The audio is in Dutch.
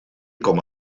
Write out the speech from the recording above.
komma